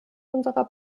unserer